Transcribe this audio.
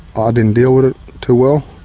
ah didn't deal with it too well.